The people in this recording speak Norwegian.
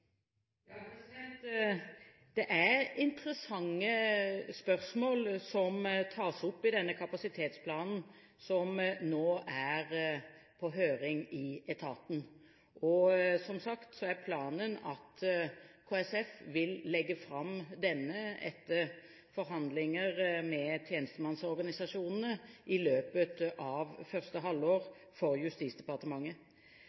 Det er interessante spørsmål som tas opp i denne kapasitetsplanen som nå er på høring i etaten, og som sagt er planen at KSF etter forhandlinger med tjenestemannsorganisasjonene vil legge fram denne for Justisdepartementet i løpet av første